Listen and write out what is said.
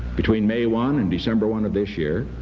between may one and december one of this year,